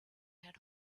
had